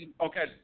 okay